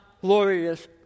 glorious